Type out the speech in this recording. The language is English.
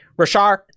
Rashar